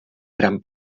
gran